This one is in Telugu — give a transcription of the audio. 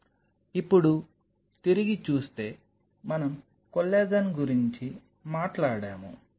ఇప్పుడు తిరిగి చూస్తే మనం కొల్లాజెన్ గురించి మాట్లాడాము